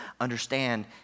understand